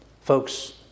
Folks